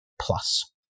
Plus